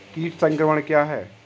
कीट संक्रमण क्या है?